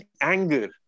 anger